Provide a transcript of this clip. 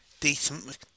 decent